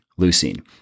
leucine